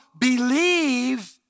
believe